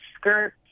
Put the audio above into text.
skirt